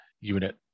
unit